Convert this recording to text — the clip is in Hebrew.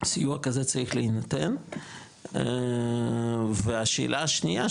סיוע כזה צריך להינתן והשאלה השנייה,